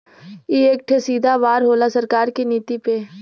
ई एक ठे सीधा वार होला सरकार की नीति पे